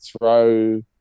throw